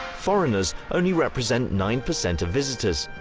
foreigners only represent nine percent of visitors,